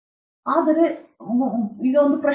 ಮತ್ತು ಹೇಗೆ ನೀವು ಅದನ್ನು ಪರೀಕ್ಷಿಸಲು ಇಲ್ಲ